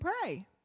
pray